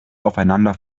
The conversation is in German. aufeinander